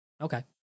Okay